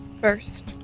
first